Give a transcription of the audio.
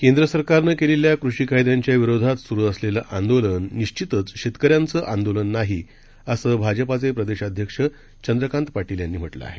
केंद्र सरकारनं केलेल्या कृषी कायद्यांच्या विरोधात सुरू असलेलं आंदोलन निश्वितच शेतकऱ्यांचं आंदोलन नाही असं भाजपाचे प्रदेशाध्यक्ष चंद्रकांत पाटील यांनी केली आहे